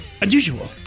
unusual